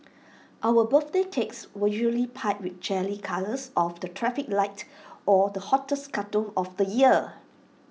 our birthday cakes were usually piped with jelly colours of the traffic light or the hottest cartoon of the year